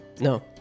no